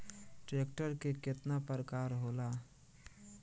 Tractor के केतना प्रकार होला?